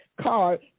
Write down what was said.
card